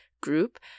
group